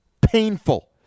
Painful